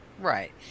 Right